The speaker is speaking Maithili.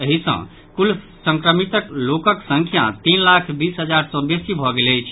एहि सँ कुल संक्रमित लोकक संख्या तीन लाख बीस हजार सँ बेसी भऽ गेल अछि